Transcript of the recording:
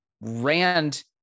Rand